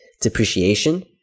depreciation